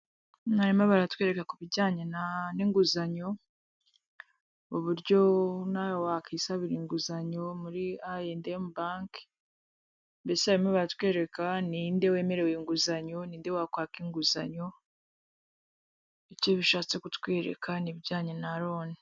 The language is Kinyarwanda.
Mwarimu abaratwereka ku bijyanye n'inguzanyo uburyo nawe wakwisabira inguzanyo muri l&M bank mbese harimu watwereka ni nde wemerewe inguzanyo ninde wakwaka inguzanyo icyo bishatse kutwereka ibijyanye na loan.